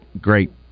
great